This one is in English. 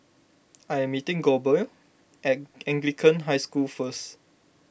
I am meeting Goebel at Anglican High School first